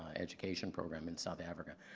education program in south africa.